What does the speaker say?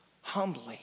humbly